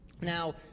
Now